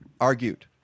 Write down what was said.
argued